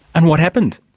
and what happened?